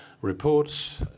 Reports